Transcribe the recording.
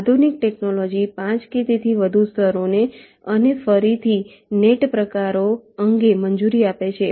આધુનિક ટેક્નોલોજી 5 કે તેથી વધુ સ્તરોને અને ફરીથી નેટ પ્રકારો અંગે મંજૂરી આપે છે